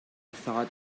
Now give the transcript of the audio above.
thought